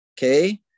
Okay